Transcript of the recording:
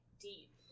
deep